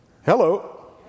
Hello